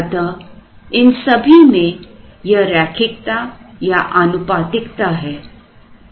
अतः इन सभी में यह रैखिकता या आनुपातिकता है